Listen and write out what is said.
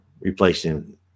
replacing